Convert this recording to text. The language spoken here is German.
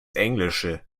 englische